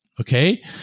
Okay